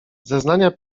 zeznania